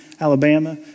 Alabama